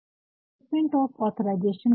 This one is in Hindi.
तो स्टेटमेंट ऑफ ऑथराइजेशन क्या है